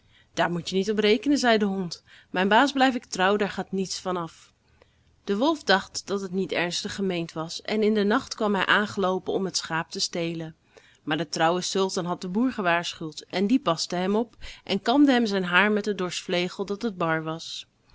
daar moet je niet op rekenen zei de hond mijn baas blijf ik trouw daar gaat niets van af de wolf dacht dat het niet ernstig gemeend was en in den nacht kwam hij aangeloopen om het schaap te stelen maar de trouwe sultan had den boer gewaarschuwd en die paste hem op en kamde hem zijn haar met den dorschvlegel dat het bar was